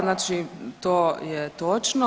Znači to je točno.